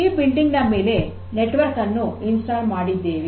ಈ ಕಟ್ಟಡದ ಮೇಲೆ ನೆಟ್ವರ್ಕ್ ಅನ್ನು ಸ್ಥಾಪನೆ ಮಾಡಿದ್ದೇವೆ